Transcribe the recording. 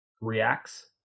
reacts